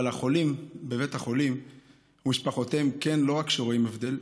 אבל החולים בבית החולים ומשפחותיהם לא רק שרואים הבדל,